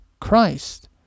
Christ